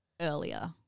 earlier